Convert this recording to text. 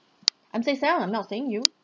I'm saying sal I'm not saying you